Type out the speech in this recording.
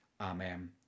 Amen